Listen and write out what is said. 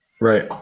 right